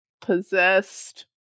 possessed